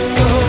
go